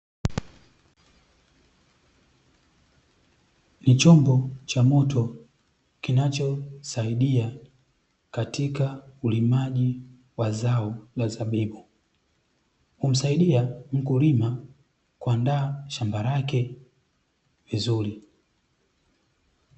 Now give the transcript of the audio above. Ni chombo cha moto kinachosaidia katika ulimaji wa zao la zabibu, humsaidia mkulima kuandaa shamba lake vizuri.